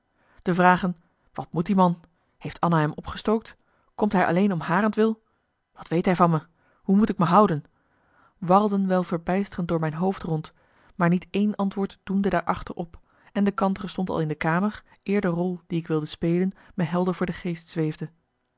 de vragen wat moet die man heeft anna hem opgestookt komt hij alleen om harentwil wat weet hij van me hoe moet ik me houden warrelden wel verbijsterend door mijn hoofd rond maar niet één antwoord doemde daarachter op en de kantere stond al in de kamer eer de rol die ik wilde spelen me helder voor de geest zweefde